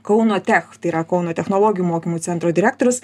kauno tech tai yra kauno technologijų mokymo centro direktorius